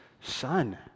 Son